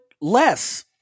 less